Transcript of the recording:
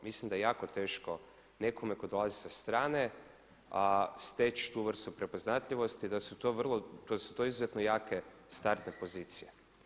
Mislim da je jako teško nekome tko dolazi sa strane steći tu vrstu prepoznatljivosti i da su to izuzetno jake startne pozicije.